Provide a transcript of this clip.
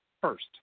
first